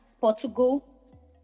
Portugal